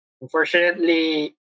unfortunately